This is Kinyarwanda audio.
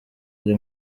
ari